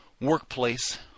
workplace